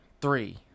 three